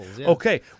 Okay